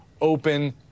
open